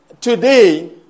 today